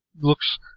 looks